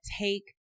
take